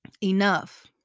enough